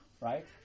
Right